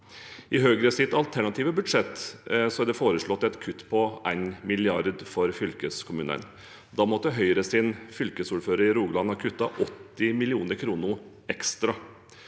I Høyres alternative budsjett er det foreslått et kutt på 1 mrd. kr for fylkeskommunene. Da måtte Høyres fylkesordfører i Rogaland ha kuttet 80 mill. kr ekstra.